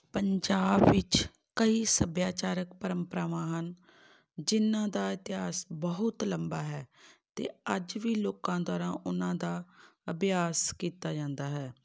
ਪੰਜਾਬ ਵਿੱਚ ਕਈ ਸੱਭਿਆਚਾਰਕ ਪ੍ਰੰਪਰਾਵਾਂ ਹਨ ਜਿਨ੍ਹਾਂ ਦਾ ਇਤਿਹਾਸ ਬਹੁਤ ਲੰਬਾ ਹੈ ਅਤੇ ਅੱਜ ਵੀ ਲੋਕਾਂ ਦੁਆਰਾ ਉਹਨਾਂ ਦਾ ਅਭਿਆਸ ਕੀਤਾ ਜਾਂਦਾ ਹੈ